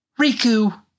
Riku